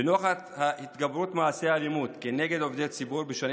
לנוכח התגברות מעשי האלימות כנגד עובדי ציבור בשנים